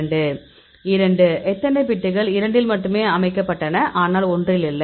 2 எத்தனை பிட்கள் 2 இல் மட்டுமே அமைக்கப்பட்டன ஆனால் 1 இல் இல்லை